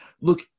Look